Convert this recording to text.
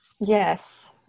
Yes